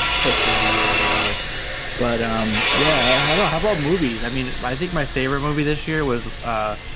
pick of the year or whatever but um yeah i don't have all movies i mean i think my favorite movie this year was ah?